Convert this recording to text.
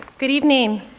good evening.